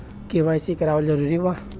KYC करवावल जरूरी बा?